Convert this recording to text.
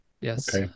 Yes